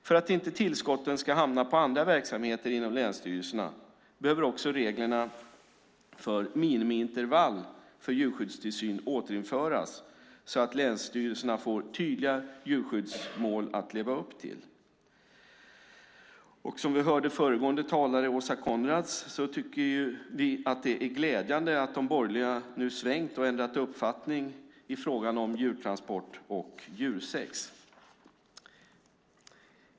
För att inte tillskotten ska hamna på andra verksamheter inom länsstyrelserna behöver också reglerna för minimiintervall för djurskyddstillsyn återinföras så att länsstyrelserna får tydliga djurskyddsmål att leva upp till. Som vi hörde föregående talare Åsa Coenraads säga tycker vi att det är glädjande att de borgerliga nu svängt och ändrat uppfattning om djurtransport och djursex.